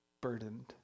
burdened